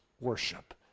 worship